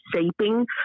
shaping